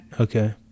Okay